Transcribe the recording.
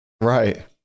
Right